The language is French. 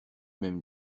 même